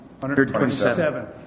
127